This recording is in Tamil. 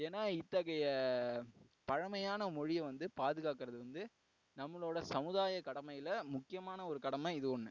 ஏன்னா இத்தகைய பழமையான மொழியை வந்து பாதுகாக்கிறது வந்து நம்மளோட சமுதாய கடமையில் முக்கியமான ஒரு கடமை இது ஒன்று